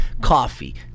coffee